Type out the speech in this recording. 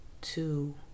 Two